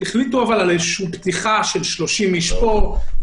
אבל החליטו על איזושהי פתיחה של 30 איש פה,